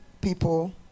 people